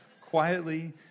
Quietly